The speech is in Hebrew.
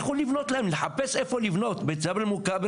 לכו לבנות להם, לחפש איפה לבנות, בג'בל אל מוכבר